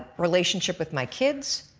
relationship with my kids.